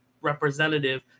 Representative